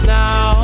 now